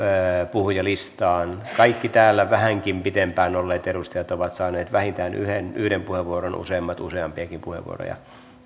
puhujalistaan kaikki täällä vähänkin pitempään olleet edustajat ovat saaneet vähintään yhden yhden puheenvuoron useammat useampiakin puheenvuoroja